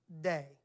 day